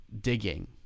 digging